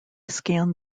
scanned